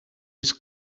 was